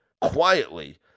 quietly